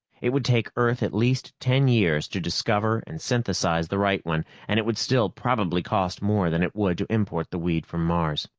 it would take earth at least ten years to discover and synthesize the right one and it would still probably cost more than it would to import the weed from mars.